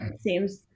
seems